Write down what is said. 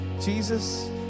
Jesus